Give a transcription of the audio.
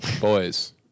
boys